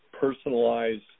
personalized